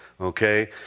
Okay